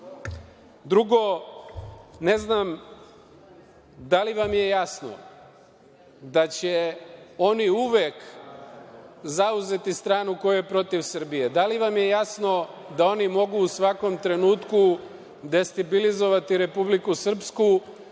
ne znam da li vam je jasno da će oni uvek zauzeti stranu koja je protiv Srbije. Da li vam je jasno da oni mogu u svakom trenutku destabilizovati Republiku Srpsku,